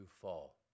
fall